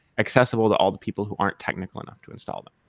accessible to all the people who aren't technical enough to install them?